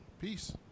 Peace